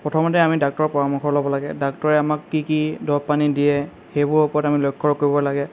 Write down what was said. প্ৰথমতে আমি ডাক্তৰৰ পৰামৰ্শ ল'ব লাগে ডাক্তৰে আমাক কি কি দৰৱ পানী দিয়ে সেইবোৰৰ ওপৰত আমি লক্ষ্য কৰিব লাগে